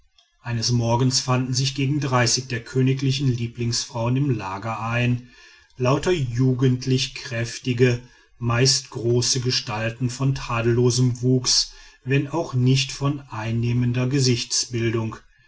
eines morgens fanden sich gegen dreißig der königlichen lieblingsfrauen im lager ein lauter jugendlich kräftige meist große gestalten von tadellosem wuchs wenn auch nicht von einnehmender